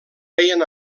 veien